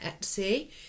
Etsy